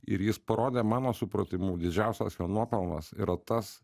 ir jis parodė mano supratimu didžiausias nuopelnas yra tas